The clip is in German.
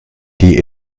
die